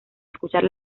escuchar